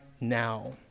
now